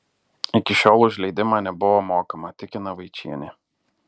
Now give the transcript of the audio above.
iki šiol už leidimą nebuvo mokama tikina vaičienė